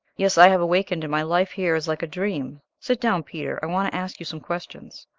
yes, i have awakened, and my life here is like a dream. sit down, peter i want to ask you some questions.